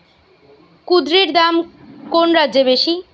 কুঁদরীর দাম কোন রাজ্যে বেশি?